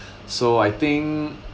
so I think